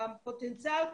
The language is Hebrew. בפוטנציאל,